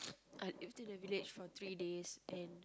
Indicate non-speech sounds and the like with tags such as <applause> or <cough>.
<noise> I stayed in the village for three days and